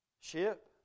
Ship